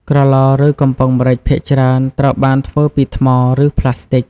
ក្រឡ ឬ កំប៉ុងម្រេចភាគច្រើន ត្រូវបានធ្វើពីថ្ម ឬ ផ្លាស្ទិក។